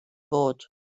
bod